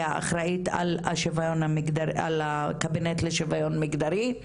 האחראית על הקבינט לשוויון מגדרי,